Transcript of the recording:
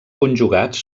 conjugats